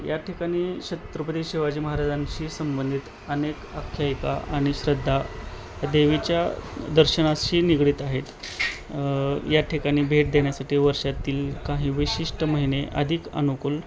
या ठिकाणी छत्रपती शिवाजी महाराजांशी संबंधित अनेक आख्यायिका आणि श्रद्धा देवीच्या दर्शनाशी निगडित आहेत या ठिकाणी भेट देण्यासाठी वर्षातील काही विशिष्ट महिने अधिक अनुकूल